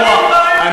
הייתי, שב תנוח.